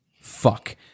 fuck